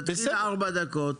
אתה תגיד ארבע דקות,